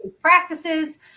practices